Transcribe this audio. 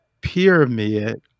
pyramid